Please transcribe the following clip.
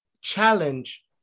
challenge